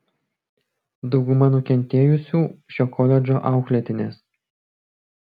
dauguma nukentėjusių šio koledžo auklėtinės